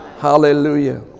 Hallelujah